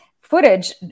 footage